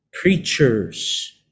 Preachers